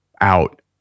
out